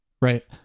Right